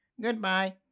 Goodbye